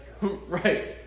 Right